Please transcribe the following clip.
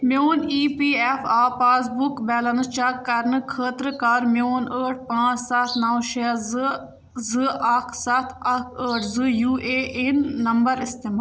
میٛون EPF آ passbook balance check کَرنہٕ خٲطرٕ کَر میٛون ٲٹھ پانٛژھ سَتھ نَو شےٚ زٕ زٕ اَکھ سَتھ اَکھ ٲٹھ زٕ یوٗ اَے اِن نمبر اِستعمال